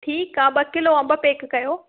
ठीकु आहे ॿ किलो अम्ब पैक कयो